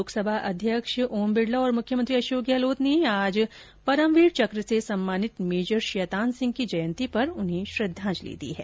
लोकसभा अध्यक्ष ओम बिडला और मुख्यमंत्री अशोक गहलोत ने आज परमवीर चक से सम्मानित मेजर शैतान सिंह की जयंती पर उन्हें श्रद्धांजलि दी है